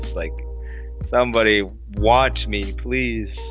like somebody watch me please